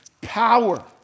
power